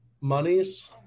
monies